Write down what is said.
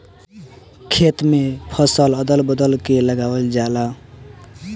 खेत में फसल के अदल बदल के लगावल जाला